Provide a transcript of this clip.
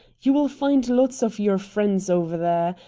you will find lots of your friends over there.